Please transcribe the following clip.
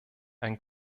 ein